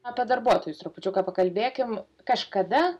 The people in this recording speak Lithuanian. apie darbuotojus trupučiuką pakalbėkim kažkada